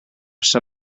sun